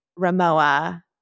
Ramoa